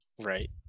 Right